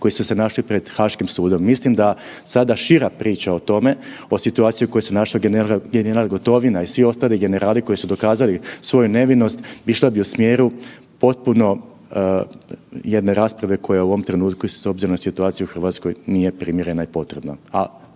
koji su se našli pred Haškim sudom. Mislim da sada šira priča o tome, o situaciji u kojoj se našao general Gotovina i svi ostali generali koji su dokazali svoju nevinost išla bi u smjeru potpuno jedne rasprave koja je u ovom trenutku s obzirom na situaciju u Hrvatskoj nije primjerena i potrebna,